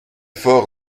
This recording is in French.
fort